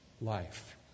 life